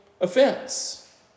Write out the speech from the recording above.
offense